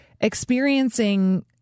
experiencing